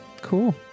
cool